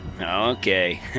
Okay